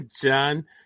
John